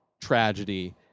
tragedy